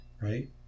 right